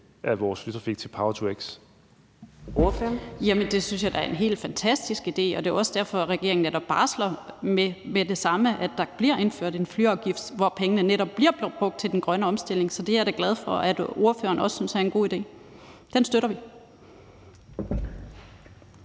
Kl. 18:34 Karin Liltorp (M): Det synes jeg da er en helt fantastisk idé, og det er også derfor, regeringen netop barsler med det samme, nemlig at der bliver indført en flyafgift, hvor pengene netop bliver brugt til den grønne omstilling. Så det er jeg da glad for at ordføreren også synes er en god idé. Den støtter vi.